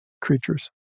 creatures